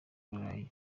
burayi